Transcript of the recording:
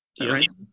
right